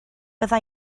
bydda